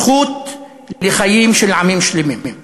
הזכות לחיים של עמים שלמים.